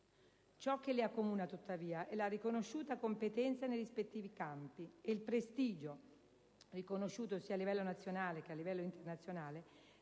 Ciò che li accomuna, tuttavia, è la riconosciuta competenza nei rispettivi campi e il prestigio - riconosciuto a livello sia nazionale che internazionale